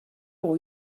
pour